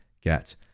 get